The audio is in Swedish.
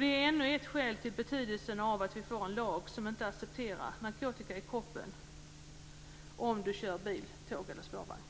Detta är ännu ett skäl till betydelsen av att vi får en lag som inte accepterar narkotika i kroppen om du kör bil, tåg eller spårvagn.